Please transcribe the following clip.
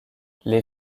les